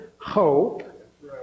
hope